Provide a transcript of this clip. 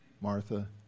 Martha